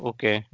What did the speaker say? Okay